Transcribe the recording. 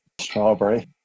Strawberry